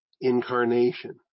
incarnation